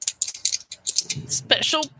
Special